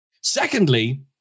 Secondly